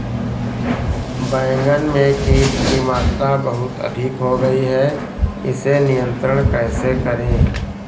बैगन में कीट की मात्रा बहुत अधिक हो गई है इसे नियंत्रण कैसे करें?